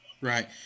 Right